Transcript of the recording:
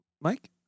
Mike